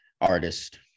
artist